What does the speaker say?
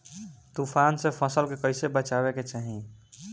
तुफान से फसल के कइसे बचावे के चाहीं?